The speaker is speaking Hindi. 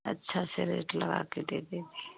अच्छा से रेट लगा के दे दीजिए